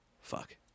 Fuck